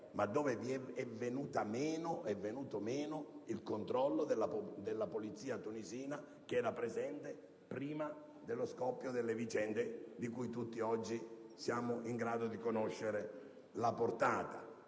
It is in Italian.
ma dove è venuto meno il controllo della polizia tunisina, che era presente prima dello scoppio delle vicende di cui tutti oggi siamo in grado di conoscere la portata.